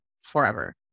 forever